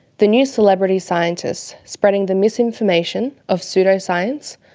the new celebrity scientists spreading the misinformation of pseudoscience,